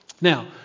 Now